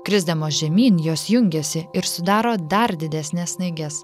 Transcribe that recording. krisdamos žemyn jos jungiasi ir sudaro dar didesnes snaiges